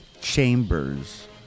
Chambers